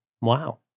wow